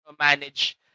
manage